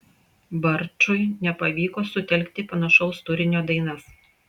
barčui nepavyko sutelkti panašaus turinio dainas